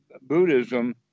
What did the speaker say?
Buddhism